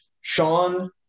Sean